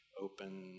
open